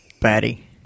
batty